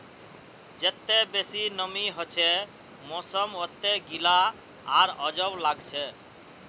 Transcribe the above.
जत्ते बेसी नमीं हछे मौसम वत्ते गीला आर अजब लागछे